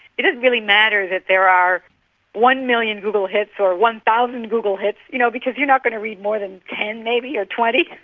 it doesn't really matter that there are one million google hits or one thousand google hits you know because you're not going to read more than ten maybe or twenty.